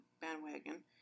bandwagon